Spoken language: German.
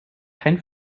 kein